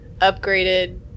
upgraded